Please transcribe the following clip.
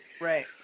Right